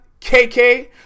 KK